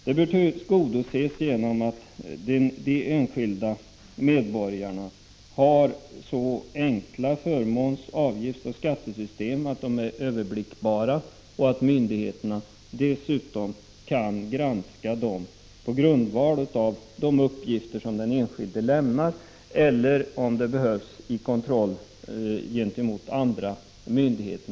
De bör tillgodoses genom att förmåns-, skatteoch avgiftssystemen görs överblickbara och genom att myndigheterna kan göra sin granskning på grundval av de uppgifter som den enskilde lämnat, eller, vid behov, via kontroll hos andra myndigheter.